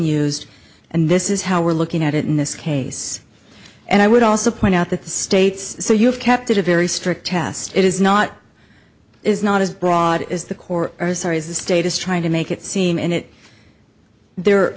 used and this is how we're looking at it in this case and i would also point out that the state's so you have kept it a very strict test it is not is not as broad as the core is the state is trying to make it seem and it the